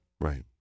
Right